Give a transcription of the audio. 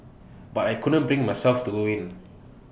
but I couldn't bring myself to go in